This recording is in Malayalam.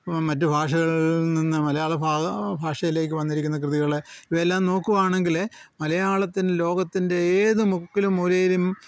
മറ്റ് ഭാഷകളിൽ നിന്ന് മലയാള ഭാഷയിലേക്ക് വന്നിരിക്കുന്ന കൃതികൾ ഇവയെല്ലാം നോക്കുവാണെങ്കിൽ മലയാളത്തിന് ലോകത്തിൻ്റെ ഏത് മുക്കിലും മൂലയിലും